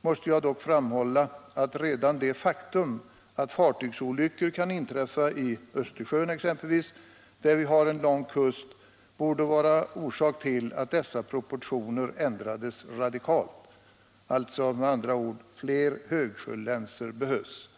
men jag vill framhålla att redan det faktum att fartygsolyckor kan inträffa i exempelvis Östersjön, där vi har en lång kust, borde vara orsak till att dessa proportioner ändrades radikalt. Med andra ord: Fler högsjölänsor behövs.